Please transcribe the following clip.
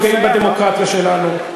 אנחנו גאים בדמוקרטיה שלנו,